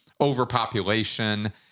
Overpopulation